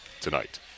tonight